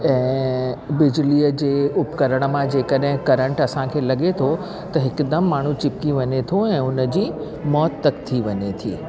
ऐं बिजलीअ जे उपकरण मां जे कॾहिं करंट असांखे लॻे थो त हिकदमि माण्हू चिपकी वञे थो ऐं उन जी मौत तक थी वञे थी